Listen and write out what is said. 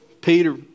Peter